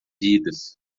vidas